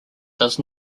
does